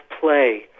play